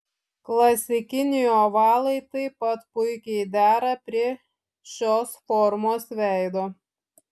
klasikiniai ovalai taip pat puikiai dera prie šios formos veido